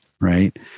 right